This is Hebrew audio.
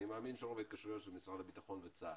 אני מאמין שרוב ההתקשרויות של משרד הביטחון וצה"ל.